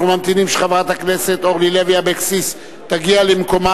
אנחנו ממתינים שחברת הכנסת אורלי לוי אבקסיס תגיע למקומה,